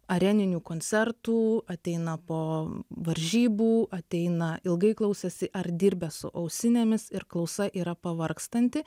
areninių koncertų ateina po varžybų ateina ilgai klausęsi ar dirbę su ausinėmis ir klausa yra pavargstanti